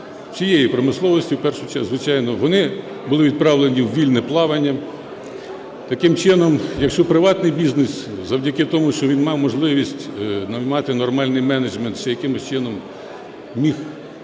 всієї промисловості, звичайно, вони були відправлені у вільне плавання. Таким чином, якщо приватний бізнес завдяки тому, що він мав можливість унормувати нормальний менеджмент, ще якимось чином міг